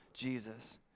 Jesus